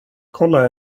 kolla